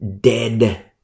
dead